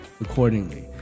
accordingly